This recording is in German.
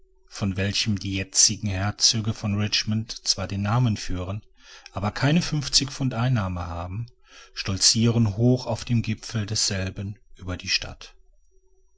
von welchem die jetzigen herzöge von richmond zwar den namen führen aber keine fünfzig pfund einnahme haben stolzieren hoch auf dem gipfel desselben über die stadt